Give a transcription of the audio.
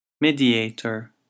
mediator